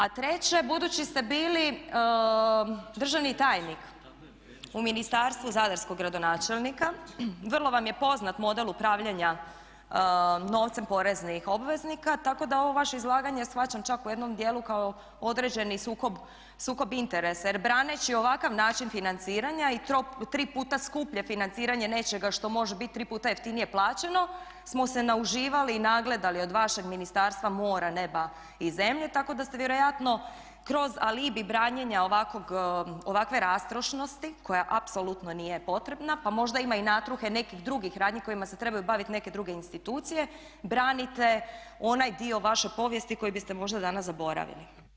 A treće, budući ste bili državni tajnik u Ministarstvu zadarskog gradonačelnika, vrlo vam je poznat model upravljanja novcem poreznih obveznika tako da ovo vaše izlaganje shvaćam čak u jednom dijelu kao određeni sukob interesa jer braneći ovakav način financiranja i tri puta skuplje financiranje nečega što može biti tri puta jeftinije plaćeno smo se nauživali i nagledali od vašeg ministarstva mora, neba i zemlje, tako da ste vjerojatno kroz alibi branjenja ovakve rastrošnosti, koja apsolutno nije potrebna pa možda ima i natruhe nekih drugih radnji kojima se trebaju baviti neke druge institucije branite onaj dio vaše povijesti koji biste možda danas zaboravili.